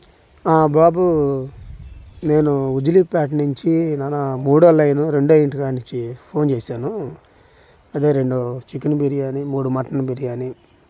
బాబు నేను దిలీప్ పేట నుంచి నానా మూడవ లైను రెండవ ఇంటికాడ నుంచి ఫోన్ చేసాను అదే రెండు చికెన్ బిర్యానీ మూడు మటన్ బిర్యానీ